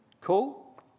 Cool